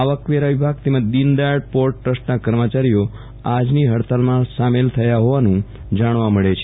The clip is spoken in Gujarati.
આવકવેરા વિભાગ તેમજ દિનદયાળ પોર્ટ ટ્રસ્ટના કર્મચારીઓ આજની હડતાલમાં સામેલ થયા હોવાનું જાણવા મળે છે